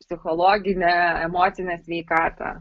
psichologinę emocinę sveikatą